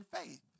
faith